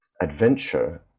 adventure